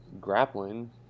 grappling